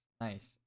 nice